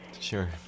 Sure